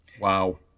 wow